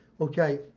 okay